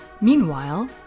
Meanwhile